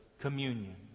communion